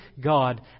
God